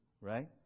right